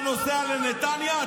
אתה נוסע לנתניה,